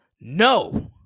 no